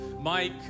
Mike